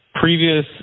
previous